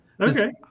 Okay